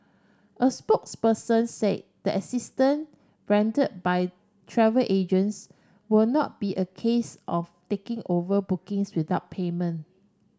a spokesperson say the assistant render by travel agents will not be a case of taking over bookings without payment